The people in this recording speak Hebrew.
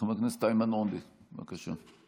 חבר הכנסת איימן עודה, בבקשה.